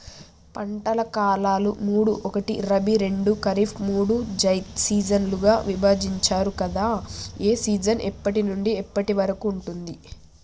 పంటల కాలాలు మూడు ఒకటి రబీ రెండు ఖరీఫ్ మూడు జైద్ సీజన్లుగా విభజించారు కదా ఏ సీజన్ ఎప్పటి నుండి ఎప్పటి వరకు ఉంటుంది?